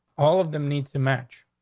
all of them needs to match.